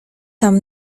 tam